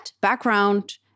background